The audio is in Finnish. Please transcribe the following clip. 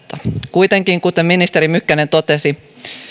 kuitenkin kuten ministeri mykkänen totesi keskustelua